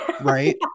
right